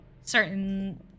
certain